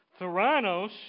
Theranos